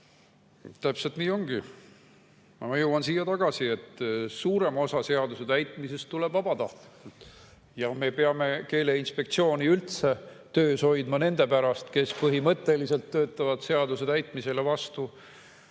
Täpselt nii ongi. Ma jõuan siia tagasi, et suurem osa seaduse täitmisest [toimub] vabatahtlikult ja me peame keeleinspektsiooni üldse töös hoidma nende pärast, kes põhimõtteliselt töötavad seaduse täitmisele vastu.